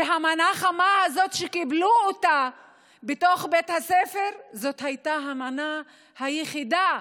שהמנה החמה הזאת שקיבלו בתוך בית הספר הייתה המנה היחידה,